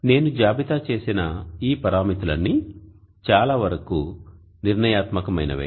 నేను జాబితా చేసిన ఈ పరామితులన్నీ చాలా వరకు నిర్ణయాత్మకమైనవే